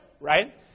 right